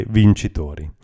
vincitori